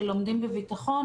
של "לומדים בביטחון",